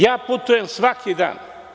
Ja putujem svaki dan.